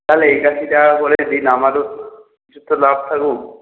তাহলে একাশি টাকা করে দিন আমারও কিছু তো লাভ থাকুক